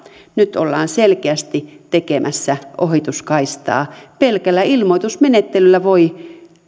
nyt ollaan selkeästi tekemässä ohituskaistaa pelkällä ilmoitusmenettelyllä voi